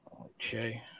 okay